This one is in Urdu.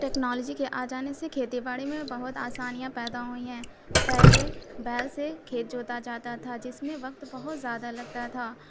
ٹیکنالوجی کے آ جانے سے کھیتی باڑی میں بہت آسانیاں پیدا ہوئی ہیں پہلے بیل سے کھیت جوتا جاتا تھا جس میں وقت بہت زیادہ لگتا تھا